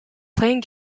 playing